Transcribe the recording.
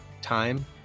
time